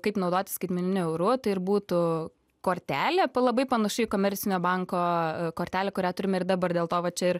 kaip naudotis skaitmeniniu euru tai ir būtų kortelė labai panaši į komercinio banko kortelę kurią turime ir dabar dėl to va čia ir